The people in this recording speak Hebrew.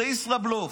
זה ישראבלוף.